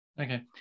okay